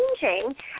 changing